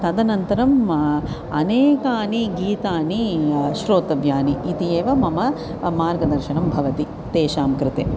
तदनन्तरम् अनेकानि गीतानि श्रोतव्यानि इति एव मम मार्गदर्शनं भवति तेषां कृते